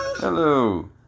Hello